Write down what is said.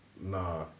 nah